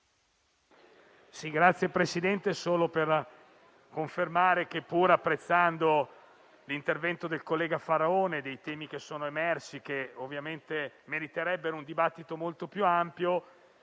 intervengo solo per confermare che, pur apprezzando l'intervento del collega Faraone e i temi emersi, che ovviamente meriterebbe un dibattito molto più ampio,